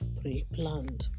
pre-planned